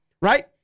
right